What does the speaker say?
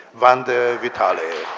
vanda vitali.